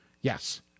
yes